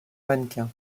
mannequin